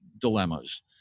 dilemmas